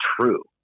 true